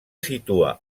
situa